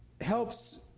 helps